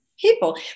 People